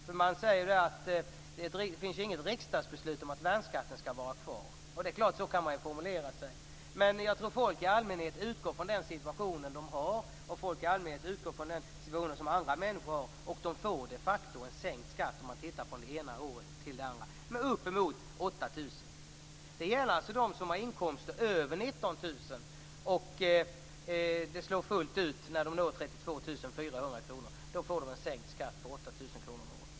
Man säger att det inte finns något riksdagsbeslut om att värnskatten skall finnas kvar. Så går det att formulera sig. Men folk i allmänhet utgår från den situation de har, och folk i allmänhet utgår från den situation som andra har. De får de facto sänkt skatt, sett från det ena året till det andra, med 8 000 kr. Det gäller alltså de som har inkomster över 19 000 kr. Det slår fullt ut när de når 32 400 kr. Då får de en sänkt skatt på 8 000 kr om året.